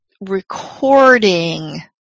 recording